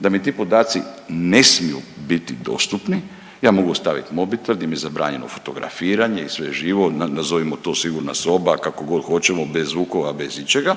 da mi ti podaci ne smiju biti dostupni, ja mogu ostavit mobitel di mi je zabranjeno fotografiranje i sve živo, nazovimo to sigurna soba, kako god hoćemo, bez zvukova, bez ičega,